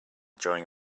during